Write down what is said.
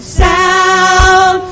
sound